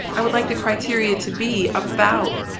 i would like the criteria to be about